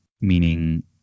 Meaning